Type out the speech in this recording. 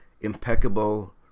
impeccable